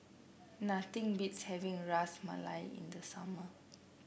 nothing beats having Ras Malai in the summer